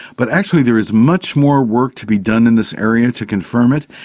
but actually there is much more work to be done in this area to confirm it.